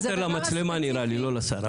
זה יותר למצלמה נראה לי, לא לשר.